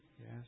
Yes